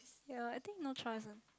ye I think no choice lah